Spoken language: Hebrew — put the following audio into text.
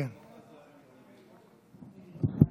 ג'ידא,